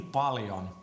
paljon